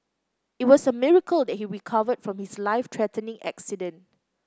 it was a miracle that he recovered from his life threatening accident